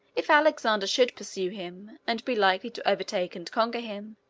if alexander should pursue him, and be likely to overtake and conquer him,